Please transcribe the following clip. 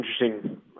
interesting